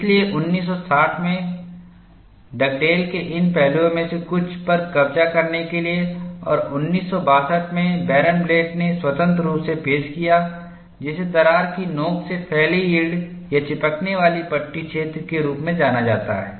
इसलिए 1960 में डगडेल के इन पहलुओं में से कुछ पर कब्जा करने के लिए और 1962 में बैरनब्लैट ने स्वतंत्र रूप से पेश किया जिसे दरार की नोकसे फैली यील्ड या चिपकने वाली पट्टी क्षेत्र के रूप में जाना जाता है